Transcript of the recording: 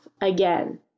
again